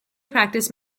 practice